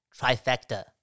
trifecta